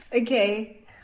okay